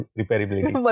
repairability